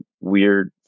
weird